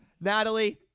Natalie